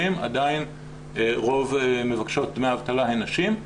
עדיין רוב מבקשות דמי האבטלה הן נשים.